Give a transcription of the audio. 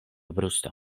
brusto